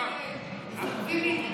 אחמד, אם תדברי על הכיבוש תקבלי עוד